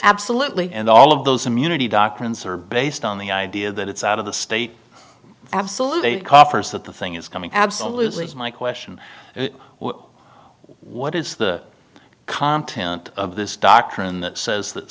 absolutely and all of those immunity doctrines are based on the idea that it's out of the state absolutely coffers that the thing is coming absolutely my question what is the content of this doctrine that says that